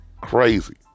crazy